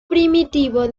primitivo